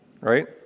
right